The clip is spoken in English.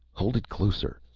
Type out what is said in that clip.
hold it closer,